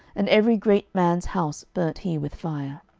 and every great man's house burnt he with fire.